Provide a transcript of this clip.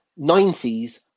90s